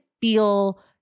feel